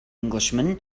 englishman